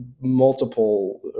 multiple